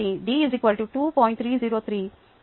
303 kd